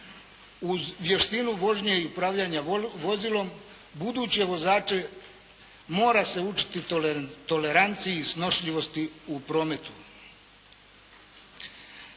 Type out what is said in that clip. uz vještinu vožnje i upravljanja vozilom buduće vozače mora se učiti toleranciji i snošljivosti u prometu.